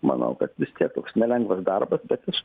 manau kad vis tiek toks nelengvas darbas bet aš